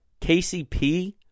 KCP